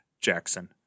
Jackson